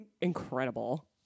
incredible